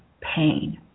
pain